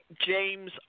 James